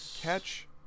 catch